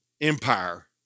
empire